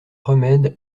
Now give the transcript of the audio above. remède